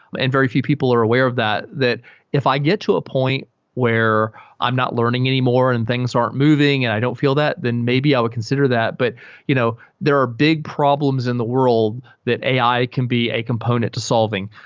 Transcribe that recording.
and very few people are aware of that, that if i get to a point where i'm not learning anymore and things aren't moving and i don't feel that, then maybe i'll consider that. but you know there are big problems in the world that ai can be a component to solving.